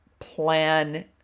Plan